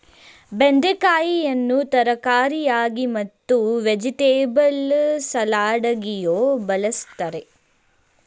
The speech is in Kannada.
ಬೆಂಡೆಕಾಯಿಯನ್ನು ತರಕಾರಿಯಾಗಿ ಮತ್ತು ವೆಜಿಟೆಬಲ್ ಸಲಾಡಗಿಯೂ ಬಳ್ಸತ್ತರೆ